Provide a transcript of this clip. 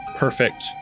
perfect